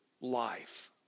life